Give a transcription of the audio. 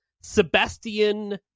Sebastian